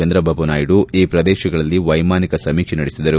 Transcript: ಚಂದ್ರಬಾಬು ನಾಯ್ನು ಈ ಪ್ರದೇಶಗಳಲ್ಲಿ ವ್ಲೆಮಾನಿಕ ಸಮೀಕ್ಷೆ ನಡೆಸಿದರು